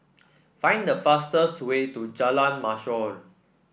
find the fastest way to Jalan Mashor